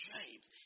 James